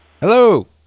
hello